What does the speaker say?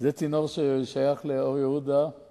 זה נכון מאוד מה שאמרת, שהם זומנו לשימוע.